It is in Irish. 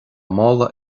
mála